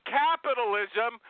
capitalism